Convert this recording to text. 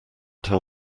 tell